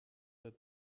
that